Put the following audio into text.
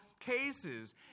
Cases